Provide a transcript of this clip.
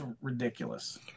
ridiculous